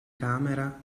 camera